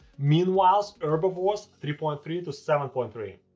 meanwhile, herbivores three point three to seven point three.